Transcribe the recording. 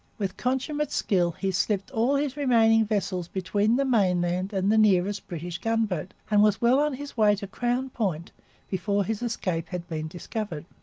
with consummate skill he slipped all his remaining vessels between the mainland and the nearest british gunboat, and was well on his way to crown point before his escape had been discovered.